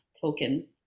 token